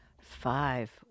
five